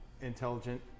intelligent